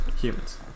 humans